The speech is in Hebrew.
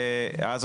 ואז,